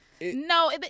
No